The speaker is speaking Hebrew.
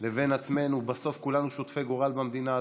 לבין עצמנו, בסוף כולנו שותפי גורל במדינה הזאת.